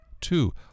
Two